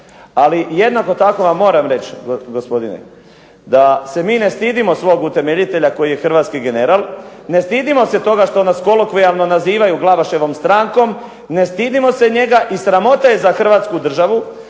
Ali jednako tako vam moram reći gospodine da se mi ne stidimo svog utemeljitelja koji je hrvatski general, ne stidimo se toga što nas kolokvijalno nazivaju Glavaševom strankom, ne stidimo se njega i sramota je za Hrvatsku državu